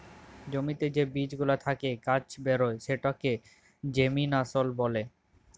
জ্যমিতে যে বীজ গুলা থেক্যে গাছ বেরয় সেটাকে জেমিনাসল ব্যলে